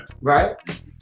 right